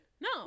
No